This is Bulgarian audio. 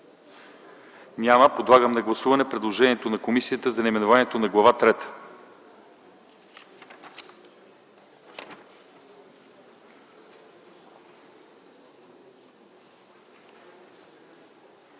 Няма. Подлагам на гласуване предложението на комисията за наименованието на Глава